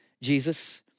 Jesus